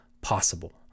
possible